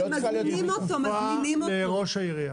הוא צריך לעבור אישור של התחבורה.